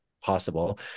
possible